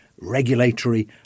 regulatory